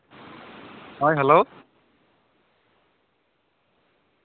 ᱦᱮᱸ ᱦᱮᱞᱳ